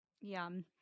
Yum